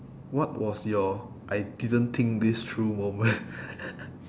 what was your I didn't think this through moment